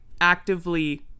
actively